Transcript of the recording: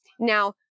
Now